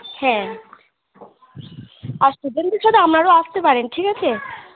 হ্যাঁ আর স্টুডেন্টদের সাথে আপনারাও আসতে পারেন ঠিক আছে